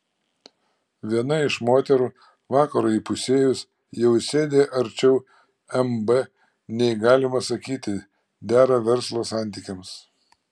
viena iš moterų vakarui įpusėjus jau sėdi arčiau mb nei galima sakyti dera verslo santykiams